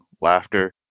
laughter